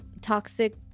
toxic